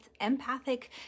empathic